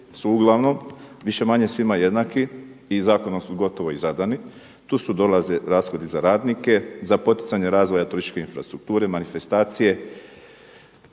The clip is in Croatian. su uglavnom više-manje svima jednaki i zakonom su gotovo i zadani. Tu dolaze rashodi za radnike, za poticanje razvoja turističke infrastrukture, manifestacije,